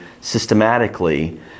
systematically